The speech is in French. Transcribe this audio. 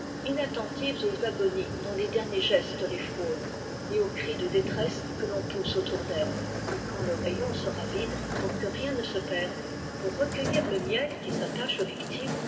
inaltenlives aux agonies dont les derniers gestes les frôlent et aux cris de détresse que ton pousse autour d'elles et quand le rayon sera vide pour que rien ne se perde pour recueillir le miel qui s'attache aux victimes